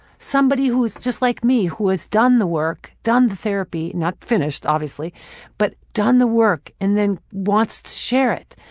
somebody who is just like me, who has done the work, done the therapy not finished, obviously but done the work, and then wants to share it.